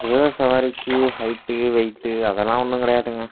குதிரை சவாரிக்கு height weight அதெல்லாம் ஒன்றும் கிடையாதுங்க